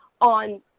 on